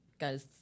guys